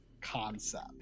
concept